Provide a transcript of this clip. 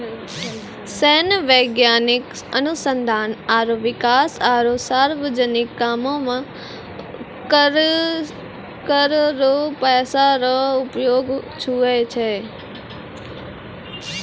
सैन्य, वैज्ञानिक अनुसंधान आरो बिकास आरो सार्वजनिक कामो मे कर रो पैसा रो उपयोग हुवै छै